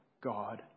God